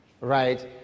right